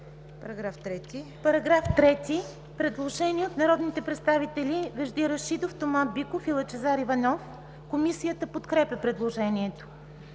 По § 3 има предложение от народните представители Вежди Рашидов, Тома Биков и Лъчезар Иванов. Комисията подкрепя предложението.